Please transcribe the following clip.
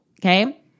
okay